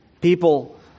People